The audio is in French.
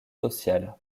sociales